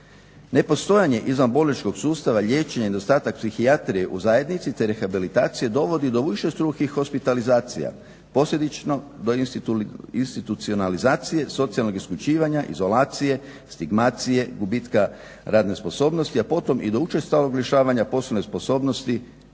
Nepostojanje izvan bolničkog sustava liječenja i nedostatak psihijatrije u zajednici te rehabilitacije dovodi do višestrukih hospitalizacija, posljedično do institucionalizacije, socijalnog isključivanja, izolacije, stigmacije, gubitka radne sposobnosti, a potom i do učestalog rješavanja poslovne sposobnosti